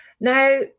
Now